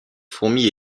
fourmis